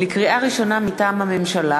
לקריאה ראשונה, מטעם הממשלה: